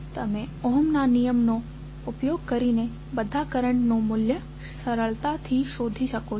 તમે ઓહમના નિયમ Ohms law નો ઉપયોગ કરીને બધા કરંટ નું મૂલ્ય સરળતાથી શોધી શકો છો